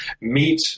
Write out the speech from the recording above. meet